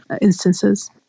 instances